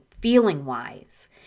feeling-wise